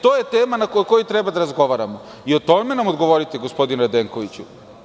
To je tema o kojoj treba da razgovaramo i o tome nam govorite, gospodine Radenkoviću.